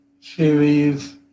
series